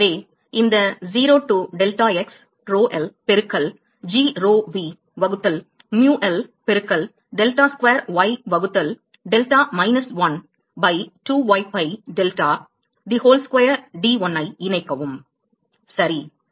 எனவே இந்த 0 to delta x rho l பெருக்கல் g rho v வகுத்தல் mu l பெருக்கல் டெல்டா ஸ்கொயர் y வகுத்தல் delta minus 1 by 2 y by delta the whole square d1 ஐ இணைக்கவும் 0 to delta x rho l into g rho v divided by mu l into delta square y by delta minus 1 by 2 y by delta the whole square into d1 சரி